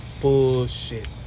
bullshit